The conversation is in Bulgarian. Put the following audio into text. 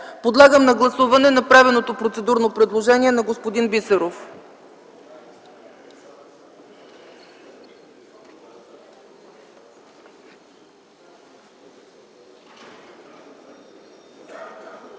Подлагам на гласуване направеното процедурно предложение на господин Бисеров.